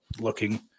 looking